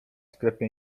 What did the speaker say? sklepie